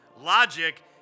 logic